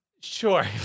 sure